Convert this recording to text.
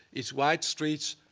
it's wide streets.